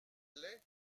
l’est